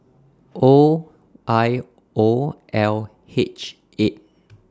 O I O L H eight